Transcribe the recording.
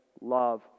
love